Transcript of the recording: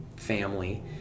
family